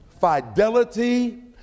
Fidelity